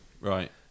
Right